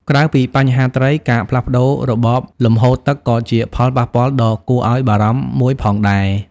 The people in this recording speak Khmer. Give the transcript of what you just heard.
ក្រៅពីបញ្ហាត្រី ការផ្លាស់ប្ដូររបបលំហូរទឹកក៏ជាផលប៉ះពាល់ដ៏គួរឱ្យបារម្ភមួយផងដែរ។